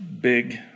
big